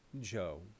joe